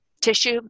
tissue